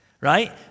right